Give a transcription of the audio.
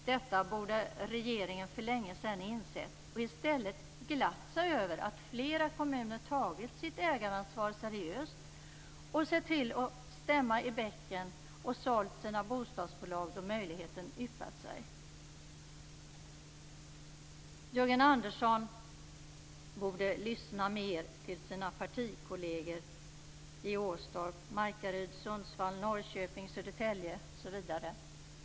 Detta borde regeringen för länge sedan ha insett och i stället ha glatt sig över att flera kommuner tagit sitt ägaransvar seriöst, sett till att stämma i bäcken och sålt sina bostadsbolag då möjligheten yppat sig. Jörgen Andersson borde lyssna mer till sina partikolleger i Åstorp, Markaryd, Sundsvall, Norrköping, Södertälje, osv.